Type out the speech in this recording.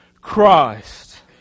Christ